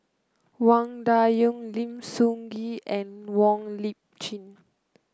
Wang Dayuan Lim Sun Gee and Wong Lip Chin